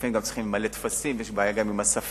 לפעמים גם צריכים למלא טפסים ויש בעיה עם השפה.